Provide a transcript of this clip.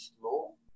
slow